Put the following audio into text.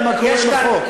בכלל מה קורה עם החוק.